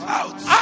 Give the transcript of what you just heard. out